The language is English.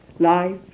life